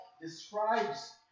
describes